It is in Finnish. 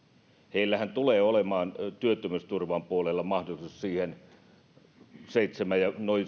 heillähän tulee olemaan työttömyysturvan puolella mahdollisuus siihen noin